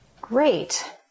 Great